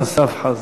חזן.